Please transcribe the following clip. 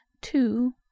two